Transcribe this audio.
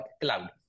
cloud